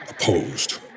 opposed